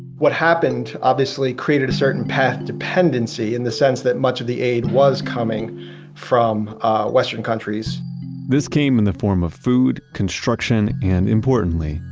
what happened obviously created a certain path dependency in the sense that much of the aid was coming from western countries this came in the form of food, construction, and importantly,